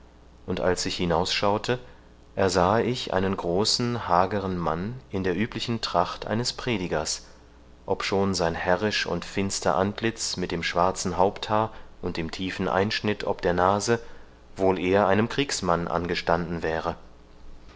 und als ich hinausschaute ersahe ich einen großen hageren mann in der üblichen tracht eines predigers obschon sein herrisch und finster antlitz mit dem schwarzen haupthaar und dem tiefen einschnitt ob der nase wohl eher einem kriegsmann angestanden wäre